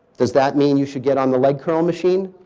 does that mean you should get on the leg curl machine?